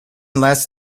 less